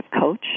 coach